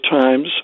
times